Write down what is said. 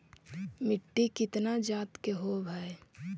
मिट्टी कितना जात के होब हय?